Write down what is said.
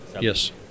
Yes